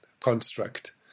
construct